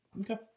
Okay